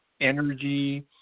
energy